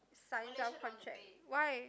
sign their contract why